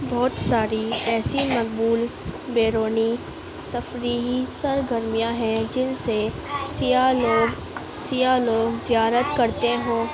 بہت ساری ایسی مقبول بیرونی تفریحی سرگرمیاں ہیں جن سے سیاح لوگ سیاح لوگ زیارت کرتے ہوں